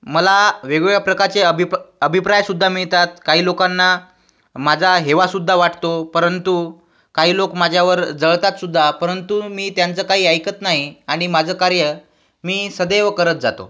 मला वेगवेगळ्या प्रकारचे अभिप अभिप्रायसुद्धा मिळतात काही लोकांना माझा हेवा सुद्धा वाटतो परंतु काही लोक माझ्यावर जळतातसुद्धा परंतु मी त्यांचं काही ऐकत नाही आनि माझं कार्य मी सदैव करत जातो